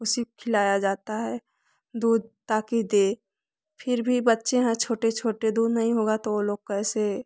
उसी को खिलाया जाता है दूध ताकि दे फिर भी बच्चे हैं छोटे छोटे दूध नहीं होगा तो वो लोग कैसे